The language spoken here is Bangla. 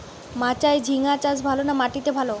মাচায় ঝিঙ্গা চাষ ভালো না মাটিতে ভালো?